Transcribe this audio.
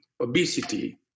obesity